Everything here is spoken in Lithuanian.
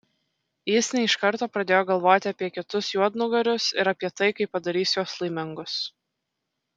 jis ne iš karto pradėjo galvoti apie kitus juodnugarius ir apie tai kaip padarys juos laimingus